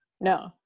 no